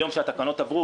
היום כשהתקנות עברו,